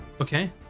Okay